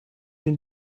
den